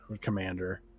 Commander